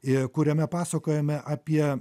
i kuriame pasakojame apie